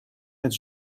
met